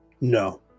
No